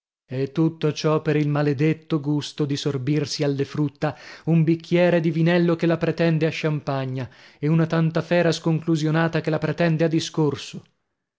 e tutto ciò per il maledetto gusto di sorbirsi alle frutta un bicchiere di vinello che la pretende a sciampagna e una tantafera sconclusionata che la pretende a discorso